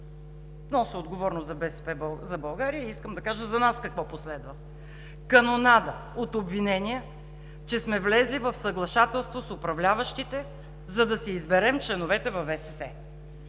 Нося отговорност за „БСП за България“ и искам да кажа за нас какво последва: канонада от обвинения, че сме влезли в съглашателство с управляващите, за да си изберем членовете във ВСС.